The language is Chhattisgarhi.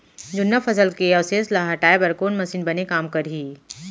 जुन्ना फसल के अवशेष ला हटाए बर कोन मशीन बने काम करही?